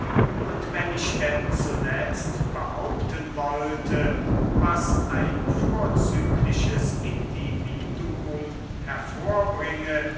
und wenn ich denn zuletzt behaupten wollte was ein vorzügliches individuum hervorbringe